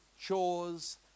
Chores